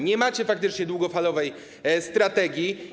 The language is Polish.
Nie macie faktycznie długofalowej strategii.